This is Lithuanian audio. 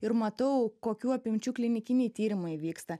ir matau kokių apimčių klinikiniai tyrimai vyksta